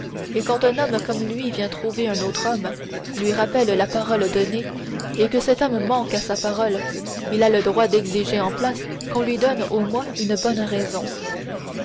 et quand un homme comme lui vient trouver un autre homme lui rappelle la parole donnée et que cet homme manque à sa parole il a le droit d'exiger en place qu'on lui donne au moins une bonne raison